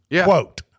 Quote